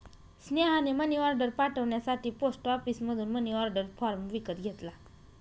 स्नेहाने मनीऑर्डर पाठवण्यासाठी पोस्ट ऑफिसमधून मनीऑर्डर फॉर्म विकत घेतला